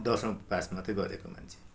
दसौँ पास मात्रै गरेको मान्छे